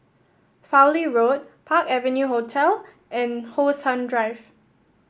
Fowlie Road Park Avenue Hotel and How Sun Drive